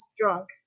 drunk